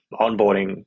onboarding